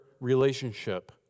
relationship